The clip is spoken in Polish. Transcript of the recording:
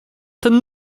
ten